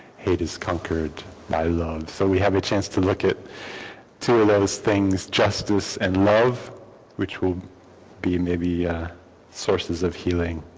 hate is conquered by love. so we have a chance to look at two of those things justice and love which will be may be sources of healing